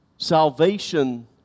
Salvation